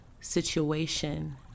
situation